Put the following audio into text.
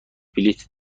بلیت